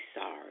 sorry